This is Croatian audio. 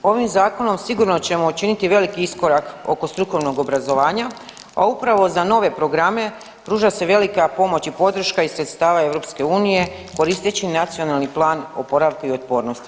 Ovim Zakonom sigurno ćemo učiniti veliki iskorak oko strukovnog obrazovanja, a upravo za nove programe pruža se velika pomoć i podrška iz sredstava EU koristeći Nacionalni plan oporavka i otpornosti.